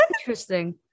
interesting